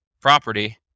property